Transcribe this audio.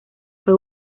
fue